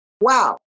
Wow